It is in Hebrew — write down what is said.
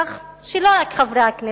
כך שלא רק חברי הכנסת,